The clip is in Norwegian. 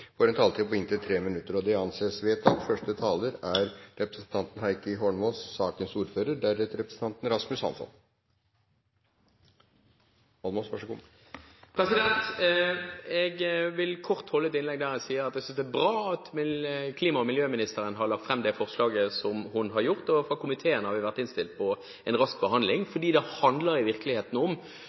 får en taletid på inntil 3 minutter. – Det anses vedtatt. Jeg vil kort holde et innlegg der jeg sier at jeg synes det er bra at klima- og miljøministeren har lagt fram det forslaget hun har gjort. Fra komiteen har vi vært innstilt på en rask behandling, fordi dette handler i virkeligheten om